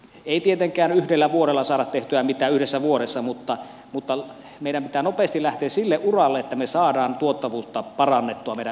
ei tietenkään vielä vuodella saavat tietää mitä yhdessä vuodessa saada tehtyä mitään mutta meidän pitää nopeasti lähteä sille uralle että me saamme tuottavuutta parannettua meidän yrityksissämme